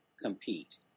compete